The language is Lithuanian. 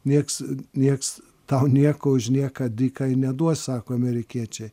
nieks nieks tau nieko už nieką dykai neduos sako amerikiečiai